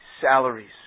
salaries